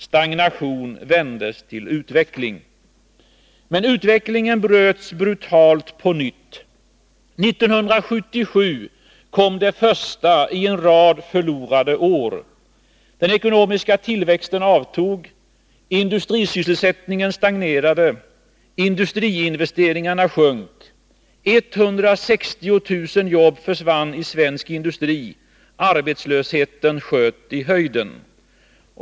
Stagnation vändes till utveckling. Men utvecklingen bröts brutalt på nytt. 1977 kom det första i en rad förlorade år. Den ekonomiska tillväxten avtog. Industrisysselsättningen stagnerade. Industriinvesteringarna sjönk. 160 000 jobb försvann i svensk industri. Arbetslösheten sköt i höjden.